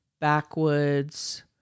backwoods